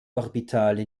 orbitale